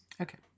okay